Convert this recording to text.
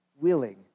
willing